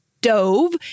dove